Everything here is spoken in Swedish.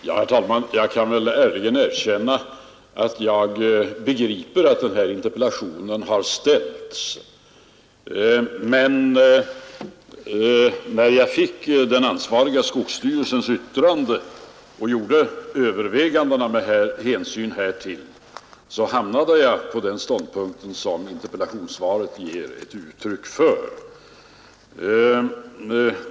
Herr talman! Jag skall ärligen erkänna att jag begriper att denna interpellation har ställts, men när jag fick den ansvariga skogsstyrelsens yttrande och gjorde överväganden med hänsyn härtill, hamnade jag på den ståndpunkt som interpellationssvaret ger uttryck för.